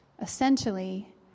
essentially